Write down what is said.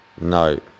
no